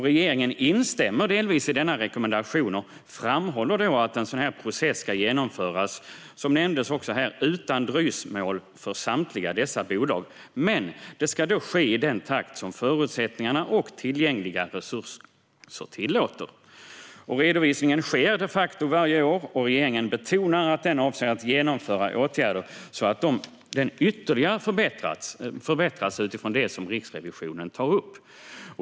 Regeringen instämmer delvis i denna rekommendation och framhåller att en sådan process ska genomföras utan dröjsmål för samtliga dessa bolag, vilket har nämnts här, men det ska ske i den takt som förutsättningarna och tillgängliga resurser tillåter. Redovisning sker de facto varje år, och regeringen betonar att man avser att genomföra åtgärder så att den ytterligare förbättras utifrån det som Riksrevisionen tar upp.